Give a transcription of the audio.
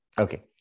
Okay